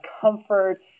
comfort